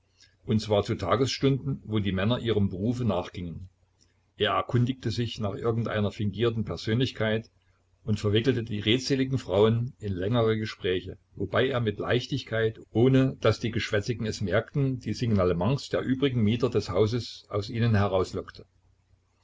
und zwar zu tagesstunden wo die männer ihrem berufe nachgingen er erkundigte sich nach irgend einer fingierten persönlichkeit und verwickelte die redseligen frauen in längere gespräche wobei er mit leichtigkeit ohne daß die geschwätzigen es merkten die signalements der übrigen mieter des hauses aus ihnen